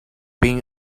been